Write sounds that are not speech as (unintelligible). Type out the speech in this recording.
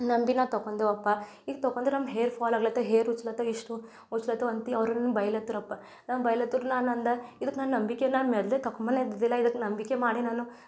ನಂಬಿ ನಾನು ತೊಕೊಂಡೆವಪ್ಪ ಈಗ ತೊಕೊಂಡ್ರ್ ನಮ್ಮ ಹೇರ್ಫಾಲ್ ಆಗ್ಲತ್ತ ಹೇರ್ ಉಜ್ಲತ್ತಾವ್ ಎಷ್ಟು ಉಜ್ಲತ್ತವಂತಿ ಅವ್ರನ್ನು ಬೈಲತ್ತುರಪ್ಪ ನನ್ನ ಬೈಲತ್ತುರ್ ನಾನು ಅಂದೆ ಇದಕ್ಕೆ ನನ್ನ ನಂಬಿಕೆ ನನ್ನ (unintelligible) ತಕೊಮ್ಮದ್ ಇದ್ದಿದ್ದಿಲ್ಲ ಇದಕ್ಕೆ ನಂಬಿಕೆ ಮಾಡೇ ನಾನು